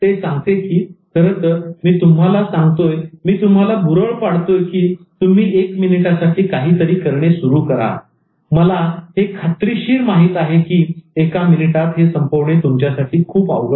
ते सांगते की खरंतर मी तुम्हाला सांगतोय मी तुम्हाला भुरळ पडतोय की तुम्ही एक मिनिटासाठी काहीतरी करणे सुरु करा परंतु मला हे खात्रीशीर माहिती आहे की एका मिनिटात हे संपवणे तुमच्या साठी खूप अवघड आहे